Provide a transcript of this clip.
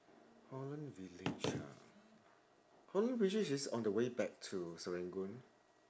holland village ha holland village is on the way back to serangoon